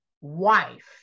wife